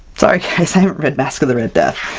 sorry guys i haven't read masque of the red death!